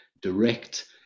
direct